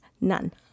None